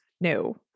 No